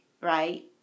right